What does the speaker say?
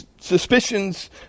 suspicions